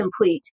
complete